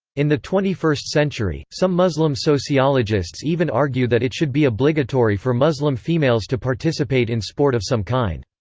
in the twenty-first century, some muslim sociologists even argue that it should be obligatory for muslim females to participate in sport of some kind.